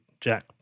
Jack